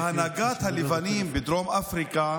שהנהגת הלבנים בדרום אפריקה